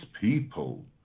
people